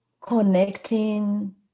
connecting